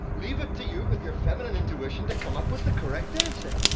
leave it to you, with your feminine intuition, to come up with the correct answer.